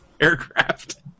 aircraft